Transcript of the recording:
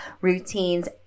routines